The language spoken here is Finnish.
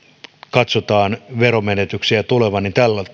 katsotaan veronmenetyksiä tulevan